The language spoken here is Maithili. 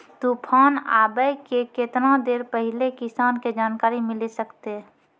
तूफान आबय के केतना देर पहिले किसान के जानकारी मिले सकते?